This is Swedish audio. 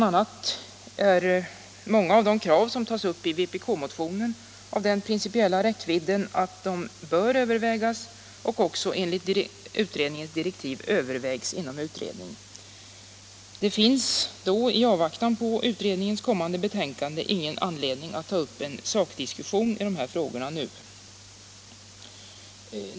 a. många av de krav som tas upp i vpkmotionen är av den principiella räckvidden att de bör övervägas, och enligt utredningens direktiv övervägs, inom utredningen. Det finns i avvaktan på utredningens kommande betänkande ingen anledning att ta upp en sakdiskussion i de frågorna nu.